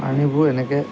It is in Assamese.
আনিবোৰ এনেকে